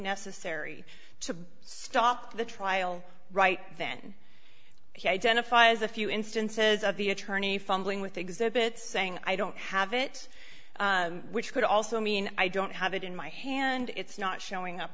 necessary to stop the trial right then he identifies a few instances of the attorney fumbling with exhibits saying i don't have it which could also mean i don't have it in my hand it's not showing up